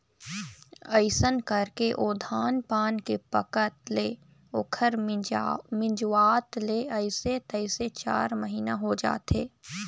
अइसन करके ओ धान पान के पकत ले ओखर मिंजवात ले अइसे तइसे चार महिना हो जाथे